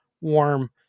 warm